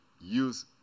use